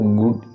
good